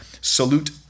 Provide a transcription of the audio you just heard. salute